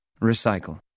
Recycle